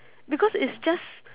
because it's just